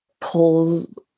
pulls